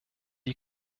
die